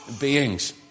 beings